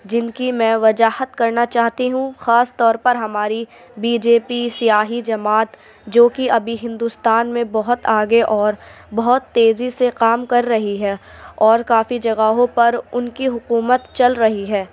جن کی میں وضاحت کرنا چاہتی ہوں خاص طور پر ہماری بی جے پی سیاسی جماعت جو کہ ابھی ہندوستان میں بہت آگے اور بہت تیزی سے کام کر رہی ہے اور کافی جگہوں پر اُن کی حکومت چل رہی ہے